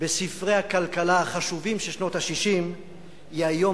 בספרי הכלכלה החשובים של שנות ה-60 היא היום